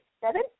seven